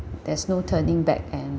there's no turning back and